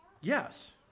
Yes